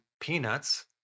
peanuts